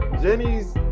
Jenny's